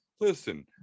Listen